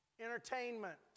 Entertainment